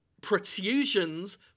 protrusions